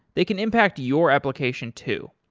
they can impact your application too.